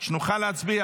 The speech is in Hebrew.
כדי שנוכל להצביע.